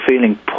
feeling